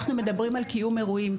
אנחנו מדברים על קיום אירועים.